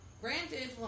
Granted